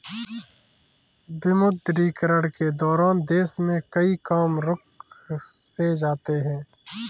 विमुद्रीकरण के दौरान देश में कई काम रुक से जाते हैं